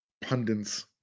pundits